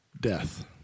Death